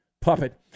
puppet